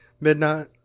midnight